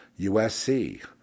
USC